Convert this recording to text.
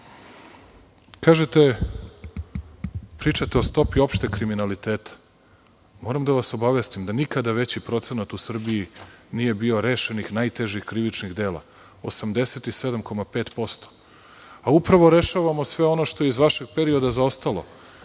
i pričate o stopi opšteg kriminaliteta. Moram da vas obavestim da nikada veći procenat u Srbiji nije bio rešenih najtežih krivičnih dela - 87,5%. Upravo rešavamo sve ono što je iz vašeg perioda zaostalo.